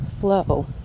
flow